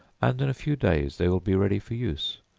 and in a few days they will be ready for use,